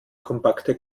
kompakte